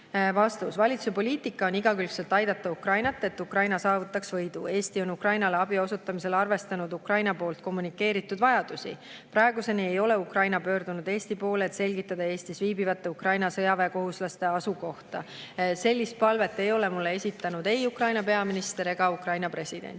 Valitsuse poliitika on igakülgselt aidata Ukrainat, et Ukraina saavutaks võidu. Eesti on Ukrainale abi osutamisel arvestanud Ukraina poolt kommunikeeritud vajadusi. Praeguseni ei ole Ukraina pöördunud Eesti poole, et selgitada Eestis viibivate Ukraina sõjaväekohuslaste asukohta. Sellist palvet ei ole mulle esitanud ei Ukraina peaminister ega Ukraina president.